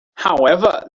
however